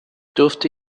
dürfte